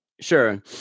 Sure